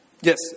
Yes